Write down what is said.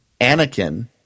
Anakin